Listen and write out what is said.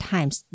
Times